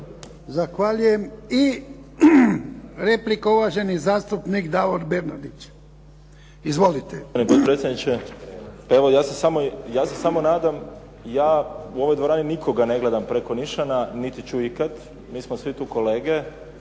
Zahvaljujem. I replika, uvaženi zastupnik Davor Bernardić. Izvolite.